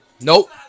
Nope